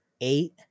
eight